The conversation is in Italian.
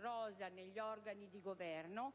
rosa negli organi di governo